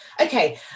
okay